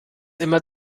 immer